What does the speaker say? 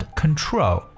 control